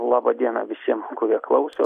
laba diena visiem kurie klauso